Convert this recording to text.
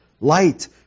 Light